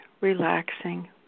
relaxing